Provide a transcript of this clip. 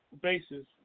basis